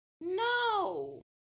No